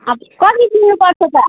अब कति तिर्नुपर्छ त